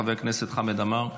חבר הכנסת חמד עמאר,